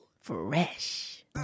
Fresh